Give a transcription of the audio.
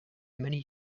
many